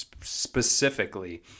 specifically